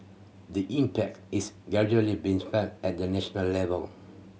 the impact is gradually being felt at the national level